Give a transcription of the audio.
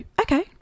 okay